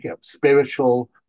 spiritual